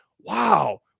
wow